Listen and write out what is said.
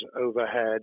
overhead